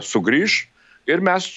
sugrįš ir mes